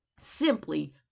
Simply